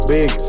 Big